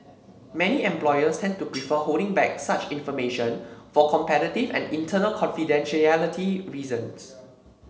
many employers tend to prefer holding back such information for competitive and internal confidentiality reasons